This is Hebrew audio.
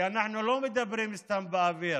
כי אנחנו לא מדברים סתם באוויר,